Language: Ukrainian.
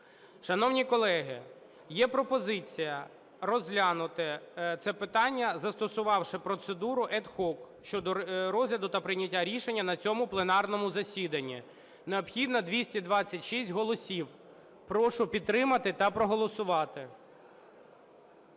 Шановні колеги, є пропозиція розглянути це питання, застосувавши процедуру ad hoc щодо розгляду та прийняття рішення на цьому пленарному засіданні. Необхідно 226 голосів. Прошу підтримати та проголосувати.